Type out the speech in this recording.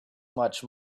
much